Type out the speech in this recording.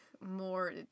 more